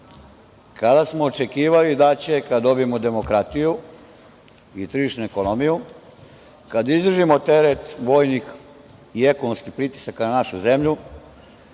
kada smo očekivali da će, kada dobijemo demokratiju i tržišnu ekonomiju, kad izdržimo teret vojnih i ekonomskih pritisaka na našu zemlju,